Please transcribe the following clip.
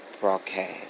broadcast